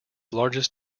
largest